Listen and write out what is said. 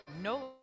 no